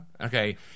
Okay